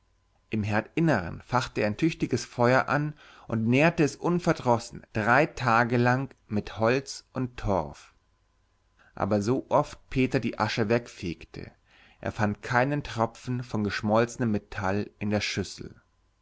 im herdinneren fachte er ein tüchtiges feuer an und nährte es unverdrossen drei tage lang mit holz und torf aber sooft peter die asche wegfegte er fand keinen tropfen von geschmolzenem metall in der schüssel